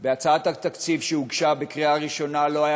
בהצעת התקציב שהוגשה לקריאה ראשונה לא היה